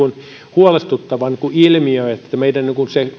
huolestuttava ilmiö että se meidän